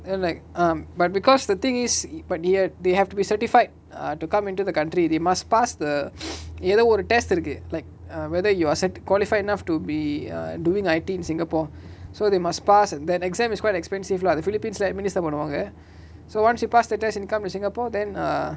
and like um but because the thing is but yet they have to be certified ah to come into the country they must pass the எதோ ஒரு:etho oru test இருக்கு:iruku like uh whether you are set qualified enough to be err doing I_T in singapore so they must pass and the exam is quite expensive lah அந்த:antha philippines lah eight minutes தா பன்னுவாங்க:tha pannuvaanga so once you pass the test in come to singapore then err